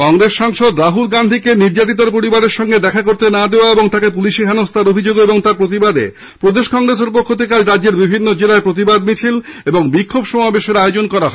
কংগ্রেস সাংসদ রাহুল গান্ধীকে নির্যাতিতার পরিবারের সঙ্গে দেখা করতে না দেওয়া ও তাঁকে পুলিশি হেনস্থার অভিযোগে প্রদেশ কংগ্রেসকের পক্ষ থেকে আজ রাজ্যের বিভিন্ন জেলায় প্রতিবাদ মিছিল ও বিক্ষোভ সমাবেশের আয়োজন করা হয়